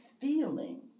feelings